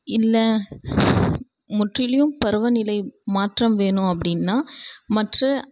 இல்லை முற்றிலும் பருவநிலை மாற்றம் வேணும் அப்படின்னா மற்ற